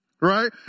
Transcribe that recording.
right